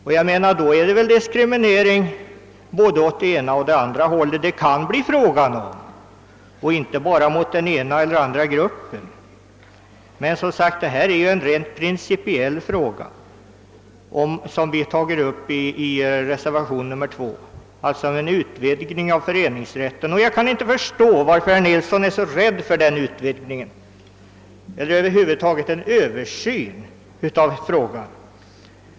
Det kan alltså bli fråga om diskriminering från olika håll och alltså inte bara mot en grupp. Men den utvidgning av föreningsrätten som vi tagit upp i reservationen II är som sagt en rent principiell fråga. Jag kan inte förstå varför herr Nilsson är så rädd för denna utvidgning och över huvud taget för en översyn av problemet.